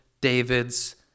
David's